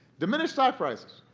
diminish stock prices.